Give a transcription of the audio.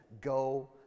go